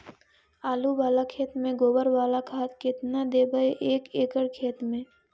आलु बाला खेत मे गोबर बाला खाद केतना देबै एक एकड़ खेत में?